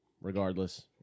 Regardless